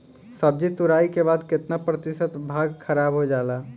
सब्जी तुराई के बाद केतना प्रतिशत भाग खराब हो जाला?